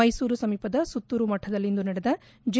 ಮೈಸೂರು ಸಮೀಪದ ಸುತ್ತೂರು ಮಠದಲ್ಲಿಂದು ನಡೆದ ಜೆ